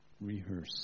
rehearse